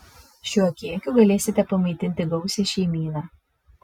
šiuo kiekiu galėsite pamaitinti gausią šeimyną